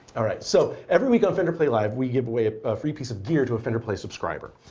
all right. so every week of fender play live, we give away a free piece of gear to a fender play subscriber,